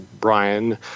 Brian –